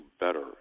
better